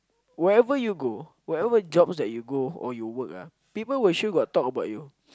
wherever you go whatever jobs that you go or you work ah people will sure got talk about you